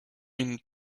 une